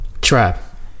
Trap